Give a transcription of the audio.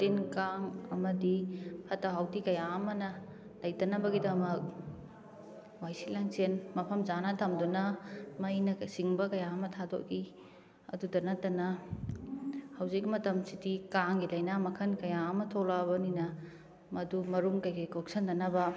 ꯇꯤꯟ ꯀꯥꯡ ꯑꯃꯗꯤ ꯐꯠꯇ ꯍꯥꯎꯊꯤ ꯀꯌꯥ ꯑꯃꯅ ꯂꯩꯇꯅꯕꯒꯤꯗꯃꯛ ꯋꯥꯏꯁꯤꯠ ꯂꯝꯁꯦꯡ ꯃꯐꯝ ꯆꯥꯅ ꯊꯝꯗꯨꯅ ꯃꯩꯅꯀ ꯆꯤꯡꯕ ꯀꯌꯥ ꯑꯃ ꯊꯥꯗꯣꯛꯏ ꯑꯗꯨꯗ ꯅꯠꯇꯅ ꯍꯧꯖꯤꯛ ꯃꯇꯝꯁꯤꯗꯤ ꯀꯥꯡꯒꯤ ꯂꯥꯏꯅꯥ ꯃꯈꯟ ꯀꯌꯥ ꯑꯃ ꯊꯣꯛꯂꯛꯂꯕꯅꯤꯅ ꯃꯗꯨ ꯃꯔꯨꯝ ꯀꯩꯀꯩ ꯀꯣꯛꯁꯟꯗꯅꯕ